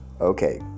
Okay